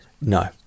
No